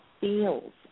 feels